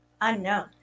Unknown